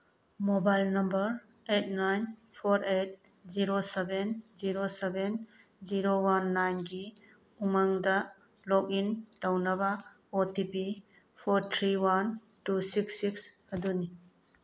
mobile number eight nine four eight zero seven zero seven zero one ꯅꯥꯏꯟꯒꯤ ꯎꯃꯪꯗ login ꯇꯧꯅꯕ O T P four three one two six six ꯑꯗꯨꯅꯤ